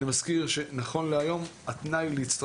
הערבית והורדנו את תנאי הסף ל-10,000 תושבים.